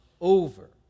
over